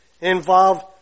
involve